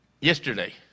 yesterday